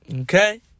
Okay